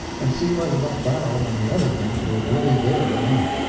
and see whether that barrel and the other things were really there or not.